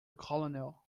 colonel